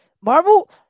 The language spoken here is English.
Marvel